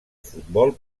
futbol